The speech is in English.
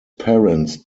parents